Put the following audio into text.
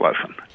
lesson